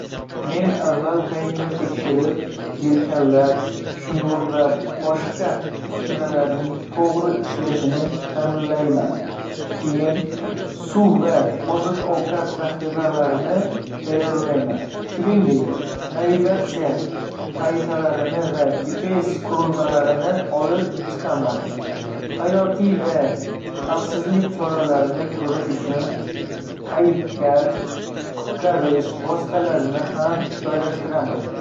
Men avval qayiqni tekshirib, yelkanlar, shnur va boshqa uskunalarning to'g'ri ishlashini ta'minlayman. Keyin suv va oziq-ovqat zaxiralarini tayyorlayman, shuningdek, navigatsiya xaritalarini va GPS qurilmalarini olib chiqaman. Hayotiy xavfsizlik choralarini ko'rish uchun qayiqqa qutqarish vositalarini ham joylashtiraman.